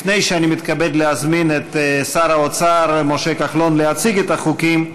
לפני שאני מתכבד להזמין את שר האוצר משה כחלון להציג את החוקים,